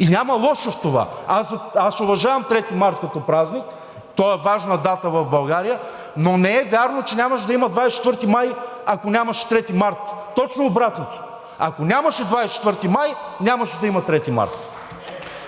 и няма лошо в това. Аз уважавам 3 март като празник, той е важна дата в България, но не е вярно, че нямаше да има 24 май, ако нямаше 3 март. Точно обратното, ако нямаше 24 май, нямаше да има 3 март.